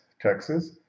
Texas